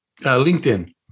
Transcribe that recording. LinkedIn